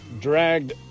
dragged